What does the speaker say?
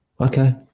okay